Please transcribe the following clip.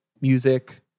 music